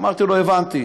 אמרתי לו: הבנתי.